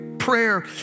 prayer